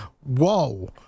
Whoa